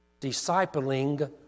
Discipling